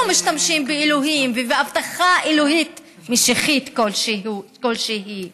לא משתמשים באלוהים ובהבטחה אלוהית-משיחית כלשהי.